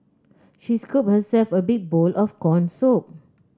she scooped herself a big bowl of corn soup